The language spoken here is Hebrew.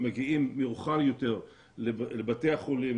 מגיעים מאוחר יותר לבתי החולים,